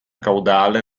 caudale